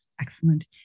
Excellent